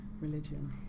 religion